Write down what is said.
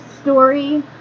story